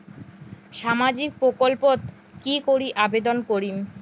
সামাজিক প্রকল্পত কি করি আবেদন করিম?